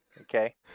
okay